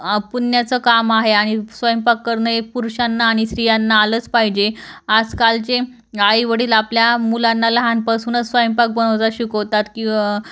पुण्याचं काम आहे आणि स्वयंपाक करणं हे पुरुषांना आणि स्त्रियांना आलंच पाहिजे आजकालचे आईवडील आपल्या मुलांना लहानपासूनच स्वयंपाक बनवता शिकवतात किव